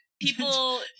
people